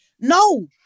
no